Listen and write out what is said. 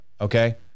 okay